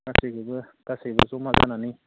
गासैखोबौ गासैबो जमा जानानै